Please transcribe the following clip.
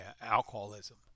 alcoholism